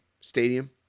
Stadium